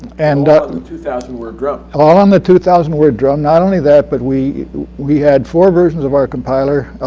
and but the two thousand word drum. all on the two thousand word drum. not only that, but we we had four versions of our compiler.